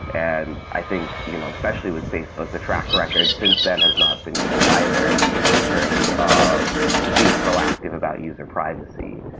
and i think you know, especially with facebook, the track record since then has not been great either in terms of being proactive about user privacy.